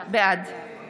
בעד